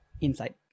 insight